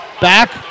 Back